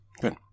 Good